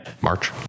March